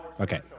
Okay